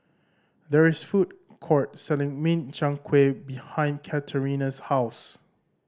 there is a food court selling Min Chiang Kueh behind Katerina's house